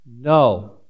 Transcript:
No